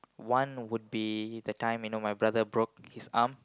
one would be the time you know my brother broke his arm